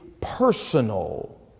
personal